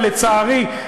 ולצערי,